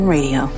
Radio